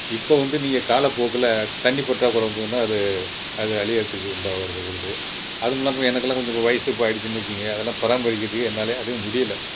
இப்போது வந்து நீங்கள் காலப்போக்கில் தண்ணி பற்றாக்குறை வந்ததுன்னால் அது அது அழியிறத்துக்கு உண்டான வருது வருது அது மூலமாக எனக்கெல்லாம் கொஞ்சம் வயது இப்போ ஆகிடுச்சின்னு வைச்சுக்கங்க அதெல்லாம் பராமரிக்கிறதுக்கே என்னாலே அதுவும் முடியல